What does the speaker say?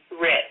rich